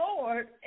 Lord